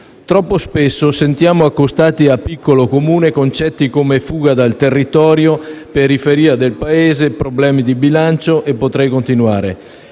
Troppo spesso sentiamo accostati al piccolo Comune concetti come "fuga dal territorio", "periferia del Paese", "problemi di bilancio" e potrei continuare.